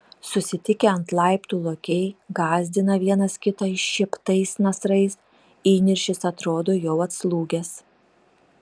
susitikę ant laiptų lokiai gąsdina vienas kitą iššieptais nasrais įniršis atrodo jau atslūgęs